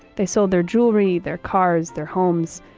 they sold their jewelry, their cars, their homes,